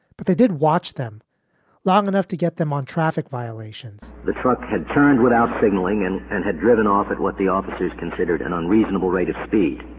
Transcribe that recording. but they did watch them long enough to get them on traffic violations the truck had turned without signaling and and had driven off at what the officers considered an unreasonable rate of speed.